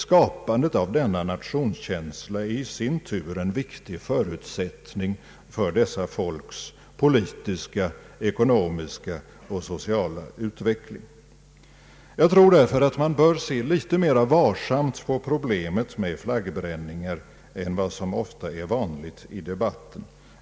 Skapandet av denna nationskänsla är i sin tur en viktig förutsättning för dessa folks politiska, ekonomiska och sociala utveckling. Jag tror därför att man bör se litet mer varsamt på problemet med flaggbränningar än vad som är vanligt i debatten.